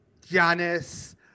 Giannis